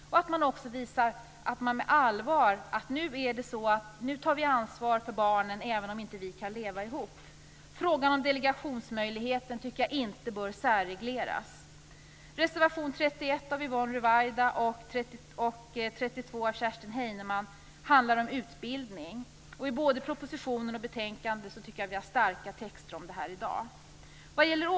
Det kan också visa att man på allvar vill ta ansvar för barnen även om man inte kan leva ihop. Frågan om delegationsmöjligheten tycker jag inte bör särregleras. Kerstin Heinemann handlar om utbildning. Jag tycker att det är starka texter både i propositionen och i betänkandet.